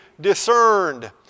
discerned